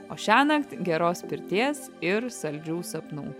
o šiąnakt geros pirties ir saldžių sapnų